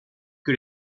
que